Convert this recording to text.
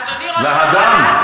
אדוני ראש הממשלה,